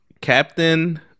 captain